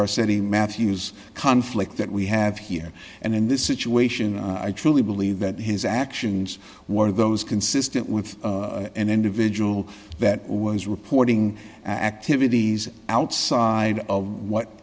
he matthews conflict that we have here and in this situation i truly believe that his actions were those consistent with an individual that was reporting activities outside of what